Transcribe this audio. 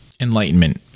Enlightenment